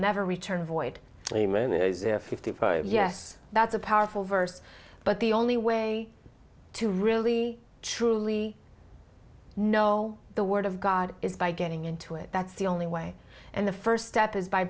never return void fifty five yes that's a powerful verse but the only way to really truly no the word of god is by getting into it that's the only way and the first step is by